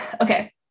Okay